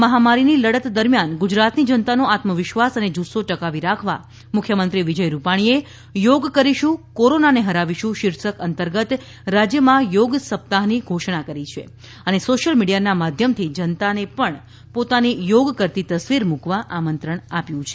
corona મહામારીની લડત દરમ્યાન ગુજરાતની જનતાનો આત્મવિશ્વાસ અને જુસ્સો ટકાવી રાખવા મુખ્યમંત્રી વિજય રૂપાણીએ યોગ કરીશું કોરોનાને હરાવીશું શીર્ષક અંતર્ગત રાજ્યમાં યોગ સપ્તાહની ધોષણા કરી છે અને સોશ્યલ મીડિયાના માધ્યમથી જનતાને પણ પોતાની યોગ કરતી તસ્વીર મુકવા આમંત્રણ આપ્યું છે